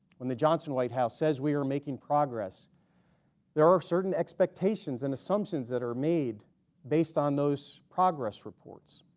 when the johnson white house says we are making progress there are certain expectations and assumptions that are made based on those progress reports